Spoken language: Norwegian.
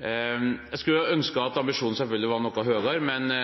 Jeg skulle ønske at ambisjonene selvfølgelig var noe høyere, men